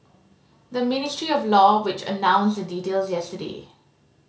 the Ministry of Law which announced the details yesterday